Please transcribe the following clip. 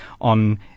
on